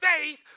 faith